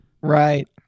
Right